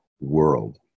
world